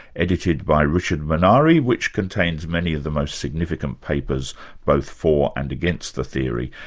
edited by richard menary, which contains many of the most significant papers both for and against the theory.